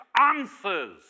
answers